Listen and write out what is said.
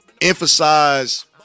Emphasize